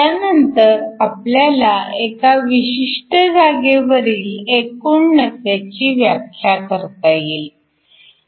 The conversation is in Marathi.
त्यानंतर आपल्याला एका विशिष्ट जागेवरील एकूण नफ्याची व्याख्या करता येईल